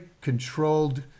controlled